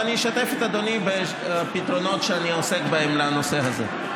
ואני אשתף את אדוני בפתרונות שאני עוסק בהם בנושא הזה.